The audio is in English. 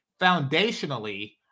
foundationally